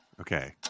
Okay